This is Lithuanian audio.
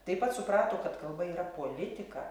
taip pat suprato kad kalba yra politika